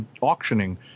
auctioning